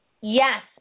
Yes